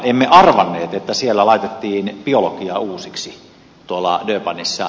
emme arvanneet että laitettiin biologiaa uusiksi tuolla durbanissa